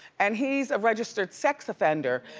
and he's a registered sex offender.